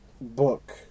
book